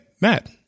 Matt